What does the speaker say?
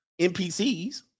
NPCs